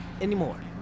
anymore